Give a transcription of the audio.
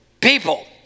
people